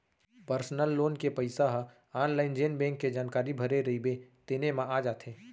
personal loan के पइसा ह आनलाइन जेन बेंक के जानकारी भरे रइबे तेने म आ जाथे